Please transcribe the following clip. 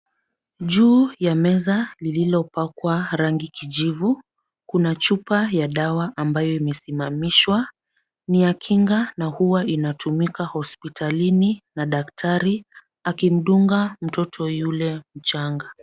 Juu ya meza lililopakwa rangi kijivu, kuna chupa ya dawa ambayo imesimamishwa. Ni ya kinga na huwa inatumika hospitalini na daktari, akimdunga mtoto yule mchanga.